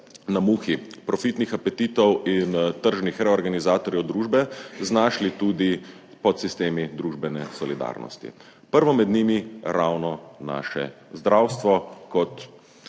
na muhi profitnih apetitov in tržnih reorganizatorjev družbe znašli tudi podsistemi družbene solidarnosti, prvo med njimi ravno naše zdravstvo kot